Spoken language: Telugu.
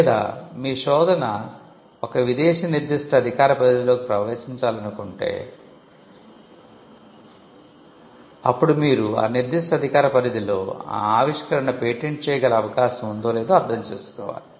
లేదా మీ శోధన ఒక విదేశీ నిర్దిష్ట అధికార పరిధిలోకి ప్రవేశించాలంటే అప్పుడు మీరు ఆ నిర్దిష్ట అధికార పరిధిలో ఈ ఆవిష్కరణ పేటెంట్ చేయగల అవకాశo ఉందో లేదో అర్థం చేసుకోవాలి